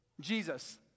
Jesus